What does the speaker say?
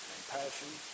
passion